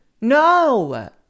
no